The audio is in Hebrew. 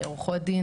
עורכות דין,